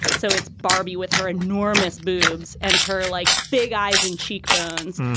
so it's barbie with her enormous boobs and her like big eyes and cheekbones.